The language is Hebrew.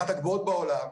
אחת הגבוהות בעולם,